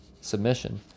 submission